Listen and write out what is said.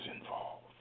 involved